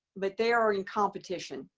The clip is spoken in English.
but they are in competition.